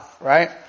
right